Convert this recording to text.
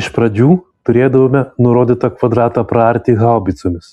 iš pradžių turėdavome nurodytą kvadratą praarti haubicomis